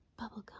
Bubblegum